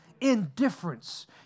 Indifference